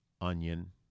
onion